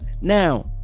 Now